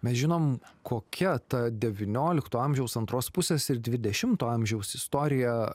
mes žinom kokia ta devyniolikto amžiaus antros pusės ir dvidešimto amžiaus istorija